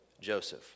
Joseph